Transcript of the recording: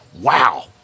Wow